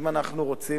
אם אנחנו רוצים,